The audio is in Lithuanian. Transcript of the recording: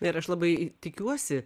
ir aš labai tikiuosi